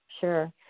sure